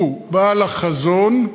הוא בעל החזון,